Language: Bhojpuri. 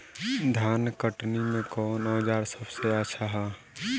धान कटनी मे कौन औज़ार सबसे अच्छा रही?